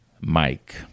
mike